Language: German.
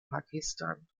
pakistan